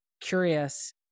curious